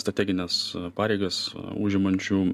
strategines pareigas užimančių